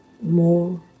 more